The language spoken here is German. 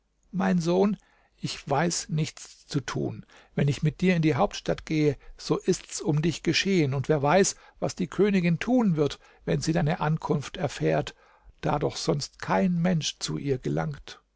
mein sohn ich weiß nichts zu tun wenn ich mit dir in die hauptstadt gehe so ist's um dich geschehen und wer weiß was die königin tun wird wenn sie deine ankunft erfährt da doch sonst kein mensch zu ihr gelangt